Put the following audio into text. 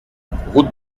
route